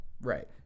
right